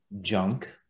junk